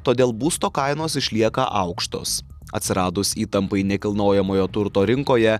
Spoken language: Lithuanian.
todėl būsto kainos išlieka aukštos atsiradus įtampai nekilnojamojo turto rinkoje